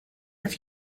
have